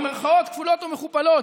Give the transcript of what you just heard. במירכאות כפולות ומכופלות,